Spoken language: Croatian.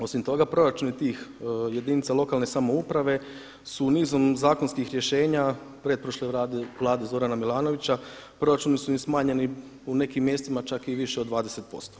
Osim toga proračuni tih jedinica lokalne samouprave su nizom zakonskih rješenja pretprošle Vlade Zorana Milanovića proračuni su im smanjeni u nekim mjestima čak i više od 20%